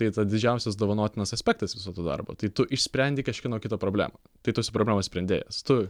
tai didžiausias dovanotinas aspektas viso to darbo tai tu išsprendi kažkieno kito problemą tai tu esi problemos sprendėjas tu